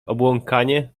obłąkanie